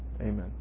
Amen